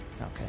Okay